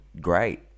great